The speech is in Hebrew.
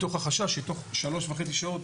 מתוך החשש שתוך 3.5 שעות